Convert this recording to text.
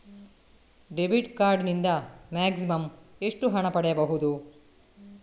Debit card ನಿಂದ maximum ಎಷ್ಟು ಹಣ ಪಡೆಯಬಹುದು?